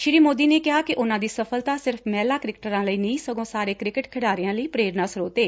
ਸ੍ਰੀ ਮੋਦੀ ਨੇ ਕਿਹਾ ਕਿ ਉਨਾਂ ਦੀ ਸਫਲਤਾ ਸਿਰਫ ਮਹਿਲਾ ਕ੍ਰਿਕਟਰਾਂ ਲਈ ਨਹੀ ਸਗੋ ਸਾਰੇ ਕ੍ਰਿਕਟ ਖਿਡਾਰੀਆਂ ਲਈ ਪ੍ਰੇਰਣਾ ਸੋਤ ਹੈ